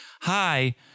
Hi